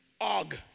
og